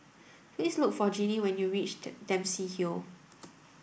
please look for Ginny when you reached Dempsey Hill